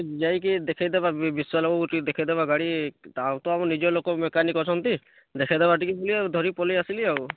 ଯାଇକିରି ଦେଖେଇ ଦେବା ବିଶ୍ୱାଳ ବାବୁକୁ ଟିକେ ଦେଖେଇ ଦେବା ଗାଡ଼ି ଟା ତ ଆମ ନିଜ ଲୋକ ମେକାନିକ୍ ଅଛନ୍ତି ଦେଖେଇ ଦେବା ଟିକେ ବୋଲି ଆଉ ଧରିକି ପଳେଇ ଆସିଲି ଆଉ